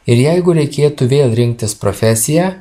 ir jeigu reikėtų vėl rinktis profesiją